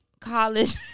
college